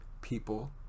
people